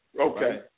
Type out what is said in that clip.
Okay